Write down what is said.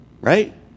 Right